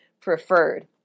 preferred